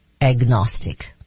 agnostic